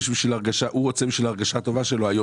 הוא רוצה בשביל ההרגשה הטובה שלו,